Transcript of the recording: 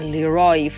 Leroy